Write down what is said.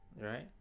Right